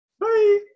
Bye